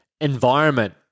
environment